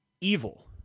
evil